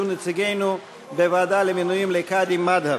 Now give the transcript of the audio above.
יהיו נציגינו בוועדה למינוי קאדים מד'הב.